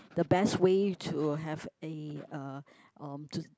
the best way to have a uh um to